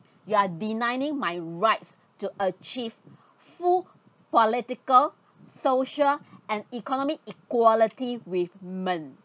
you are denying my rights to achieve full political social and economic equality with man